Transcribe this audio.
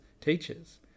teachers